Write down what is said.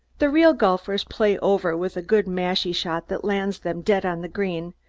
the real golfers play over with a good mashie shot that lands them dead on the green,